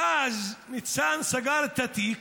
ואז, ניצן סגר את התיק,